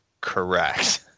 correct